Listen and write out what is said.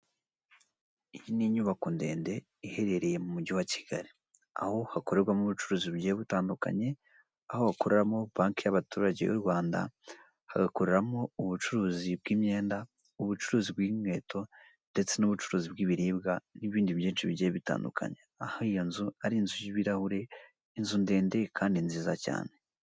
Icyumba cy'inama gifite ibikuta biririko irangi ry'ikijuju n'umweru, ririmo abantu batatu abagabo babiri n'umugore umwe, bicaye ku ntebe z'ibyuma z'ikijuju imbere yabo hari ameza ariho igitambaro cy'umweru n'icy'igitenge, giteretseho amacupa y'amazi ibitabo na telefoni.